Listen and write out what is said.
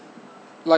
like